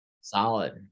Solid